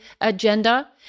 agenda